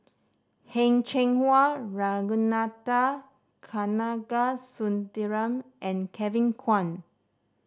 Heng Cheng Hwa Ragunathar Kanagasuntheram and Kevin Kwan